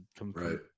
Right